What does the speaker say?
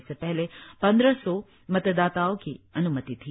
इससे पहले पंद्रह सौ मतदाताओं की अन्मति थी